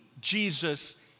Jesus